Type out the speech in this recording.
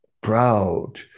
proud